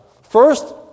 First